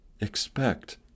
expect